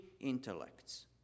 intellects